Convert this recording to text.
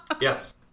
Yes